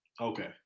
Okay